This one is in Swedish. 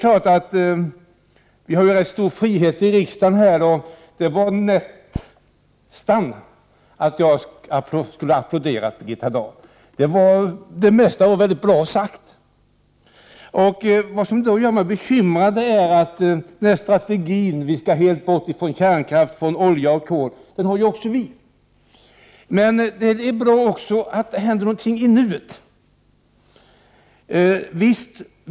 Vi har ju rätt stor frihet här i riksdagen, och det var nästan så att jag började applådera Birgitta Dahl. Det mesta hon sade var mycket bra sagt. Strategin att komma bort från kärnkraft, olja och kol har också vi, men det är bra om det också händer någonting i nuet. Och här blev jag litet bekymrad.